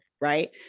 Right